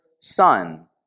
Son